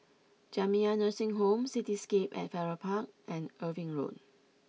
Jamiyah Nursing Home Cityscape at Farrer Park and Irving Road